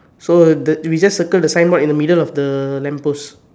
so the we just circle the signboard in the middle of the lamp post